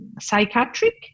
psychiatric